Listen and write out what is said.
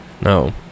No